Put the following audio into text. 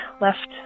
left